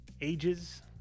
Ages